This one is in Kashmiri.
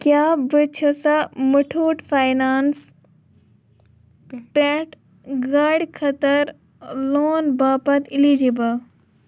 کیٛاہ بہٕ چھَسا مٔٹھوٗٹھ فاینانٕس پٮ۪ٹھ گاڑِ خٲطٕر لون باپتھ اِلیٖجِبٕل